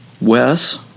wes